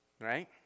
Right